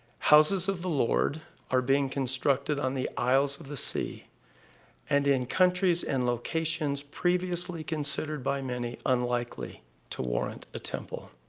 houses of the lord are being constructed on the isles of the sea and in countries and locations previously considered by many unlikely to warrant a temple.